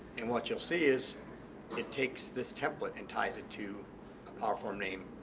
and what you'll see is it takes this template and ties it to a powerform name.